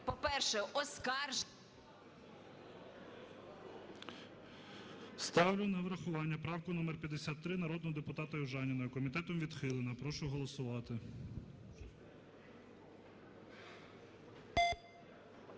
по-перше, оскаржувати… ГОЛОВУЮЧИЙ. Ставлю на врахування правку номер 53, народного депутата Южаніної. Комітетом відхилена. Прошу голосувати.